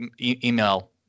email